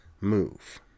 move